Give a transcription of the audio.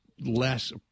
less